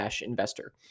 investor